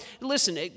listen